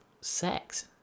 Sex